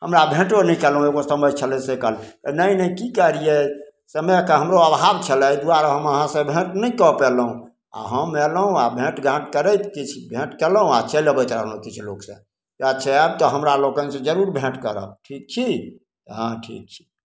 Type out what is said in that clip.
हमरा भेटो नहि कयलहुँ एगो समधि छलथि से कहलथि नहि नहि की करियै समयके हमरो आभाव छलऽ एहि दुआरे हम अहाँसँ भेंट नहिकऽ पयलहुँ आओर हम कयलहुँ भेटघाट करैत किछु भेट कयलहुँ आओर चलि अबैत रहलहुँ किछु लोगसँ अच्छा आयब तऽ हमरा लोकनिसँ जरूर भेँट करब ठीक छी हँ ठीक छी